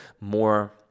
more